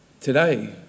today